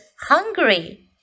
hungry